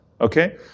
Okay